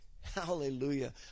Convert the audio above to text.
Hallelujah